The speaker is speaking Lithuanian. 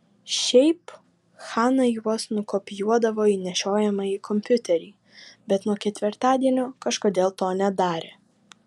šiaip hana juos nukopijuodavo į nešiojamąjį kompiuterį bet nuo ketvirtadienio kažkodėl to nedarė